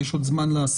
יש עוד זמן לעשות.